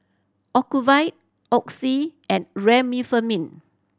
Ocuvite Oxy and Remifemin